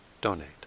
donate